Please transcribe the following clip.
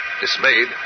dismayed